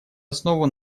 основу